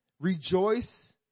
Rejoice